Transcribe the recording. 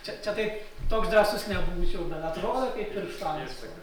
čia čia taip toks drąsus nebūčiau bet atrodo kaip pirštų antspaudai